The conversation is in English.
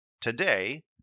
Today